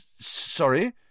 Sorry